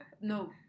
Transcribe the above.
no